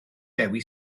dewi